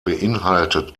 beinhaltet